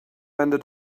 ended